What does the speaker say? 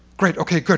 great, ok, good,